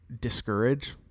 discourage